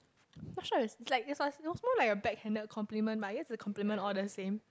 not sure it's like it was it was more like a backhanded compliment but it's a compliment all the same